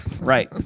Right